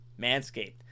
Manscaped